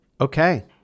Okay